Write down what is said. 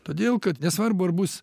todėl kad nesvarbu ar bus